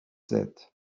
said